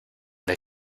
the